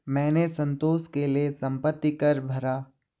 मैंने संतोष के लिए संपत्ति कर भरा